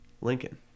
Lincoln